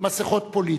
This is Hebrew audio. מסכות פוליטי,